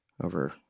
over